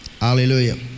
Hallelujah